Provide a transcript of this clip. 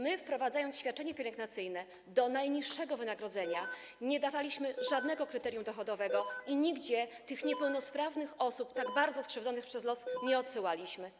My, wprowadzając świadczenie pielęgnacyjne - do poziomu najniższego wynagrodzenia - nie ustalaliśmy żadnego kryterium dochodowego i nigdzie tych niepełnosprawnych osób, tak bardzo skrzywdzonych przez los, nie odsyłaliśmy.